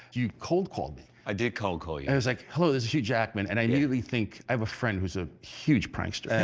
you cold called me. i did cold call. yeah it was like, hello, this is hugh jackman. and i immediately think, i have a friend who's a huge prankster.